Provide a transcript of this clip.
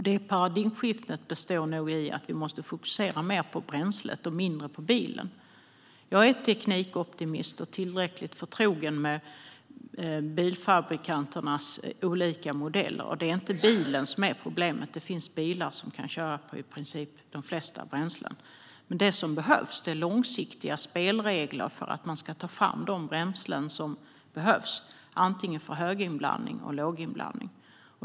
Det paradigmskiftet består nog i att vi måste fokusera mer på bränslet och mindre på bilen. Jag är teknikoptimist och tillräckligt förtrogen med bilfabrikanternas olika modeller. Det är inte bilen som är problemet. Det finns bilar som kan köra på i princip de flesta bränslen. Det som behövs är långsiktiga spelregler för att man ska ta fram de bränslen som behövs antingen för höginblandning eller för låginblandning.